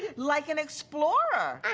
like an explorer.